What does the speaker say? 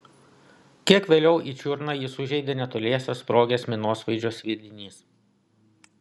kiek vėliau į čiurną jį sužeidė netoliese sprogęs minosvaidžio sviedinys